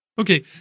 Okay